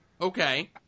Okay